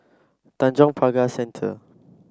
Tanjong Pagar Centre